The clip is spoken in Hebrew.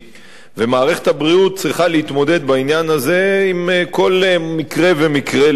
ומערכת הבריאות צריכה להתמודד בעניין הזה עם כל מקרה ומקרה לגופו.